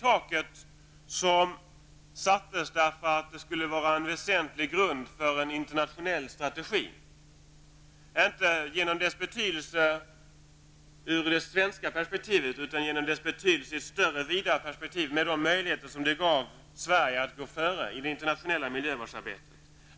Taket sattes för att utgöra en väsentlig grund för en internationell strategi, inte för dess betydelse ur det svenska perspektivet utan för dess betydelse i ett vidare perspektiv med de möjligheter som det gav för Sverige att gå före i det internationella miljövårdsarbetet.